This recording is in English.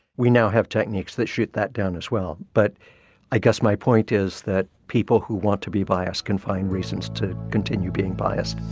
we now have techniques that shoot that down as well. but i guess my point is that people who want to be biased can find reasons to continue being biased.